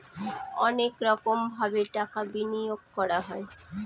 অনেক রকমভাবে টাকা বিনিয়োগ করা হয়